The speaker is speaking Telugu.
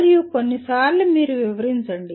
మరియు కొన్నిసార్లు మీరు వివరించండి